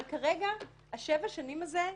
אבל כרגע השבע שנים האלה,